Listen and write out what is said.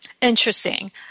Interesting